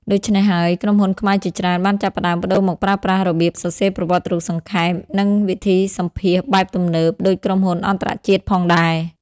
ដូច្នេះហើយ ក្រុមហ៊ុនខ្មែរជាច្រើនបានចាប់ផ្ដើមប្ដូរមកប្រើប្រាស់របៀបសរសេរប្រវត្តិរូបសង្ខេប និងវិធីសម្ភាសន៍បែបទំនើបដូចក្រុមហ៊ុនអន្តរជាតិផងដែរ។